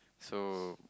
so